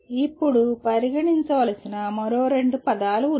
ఇప్పుడు పరిగణించవలసిన మరో రెండు పదాలు ఉన్నాయి